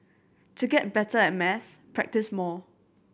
to get better at maths practise more